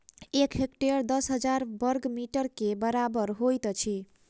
एक हेक्टेयर दस हजार बर्ग मीटर के बराबर होइत अछि